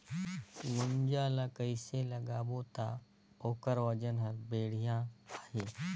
गुनजा ला कइसे लगाबो ता ओकर वजन हर बेडिया आही?